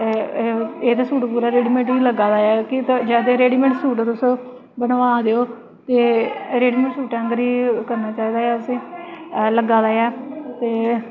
एह् ते सूट पूरा रेडी मेड ही लग्गा दा ऐ जां फिर रेडी मेड सूट तुस बनवा दे ओ ते रेडी मेड सूटें आंह्गर ही करना चाहिदा ऐ असें लग्गा दा ऐ ते